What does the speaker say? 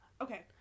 Okay